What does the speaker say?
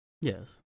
Yes